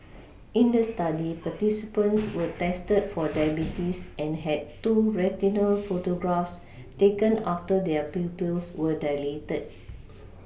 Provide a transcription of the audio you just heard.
in the study participants were tested for diabetes and had two retinal photographs taken after their pupils were dilated